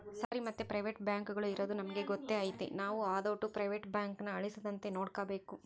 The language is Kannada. ಸರ್ಕಾರಿ ಮತ್ತೆ ಪ್ರೈವೇಟ್ ಬ್ಯಾಂಕುಗುಳು ಇರದು ನಮಿಗೆ ಗೊತ್ತೇ ಐತೆ ನಾವು ಅದೋಟು ಪ್ರೈವೇಟ್ ಬ್ಯಾಂಕುನ ಅಳಿಸದಂತೆ ನೋಡಿಕಾಬೇಕು